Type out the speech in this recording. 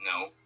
No